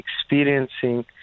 experiencing